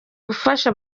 gufasha